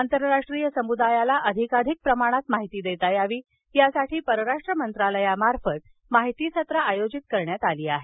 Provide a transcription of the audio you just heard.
आंतरराष्ट्रीय समुदायाला अधिकाधिक प्रमाणात माहिती देता यावी यासाठी परराष्ट्र मंत्रालयामार्फत माहिती सत्र आयोजित करण्यात आली आहेत